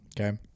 okay